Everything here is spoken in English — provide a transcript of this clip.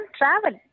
travel